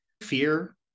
fear